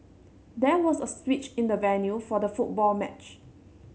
there was a switch in the venue for the football match